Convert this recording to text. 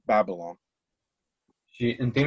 Babylon